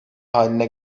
haline